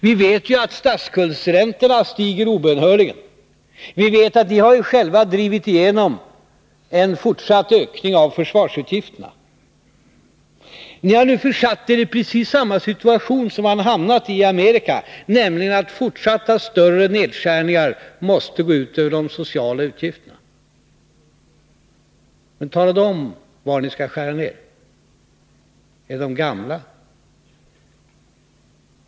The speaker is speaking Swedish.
Vi vet att statsskuldräntan obönhörligen stiger. Ni har själva drivit igenom en fortsatt ökning av försvarsutgifterna. Ni har satt er i samma situation som man nu har i Amerika, nämligen att fortsatta större nedskärningar måste gå ut över de sociala utgifterna. Men tala då om var ni skall skära ner. Vilka är det som kommer att drabbas? Är det de gamla?